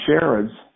Sherrod's